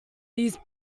these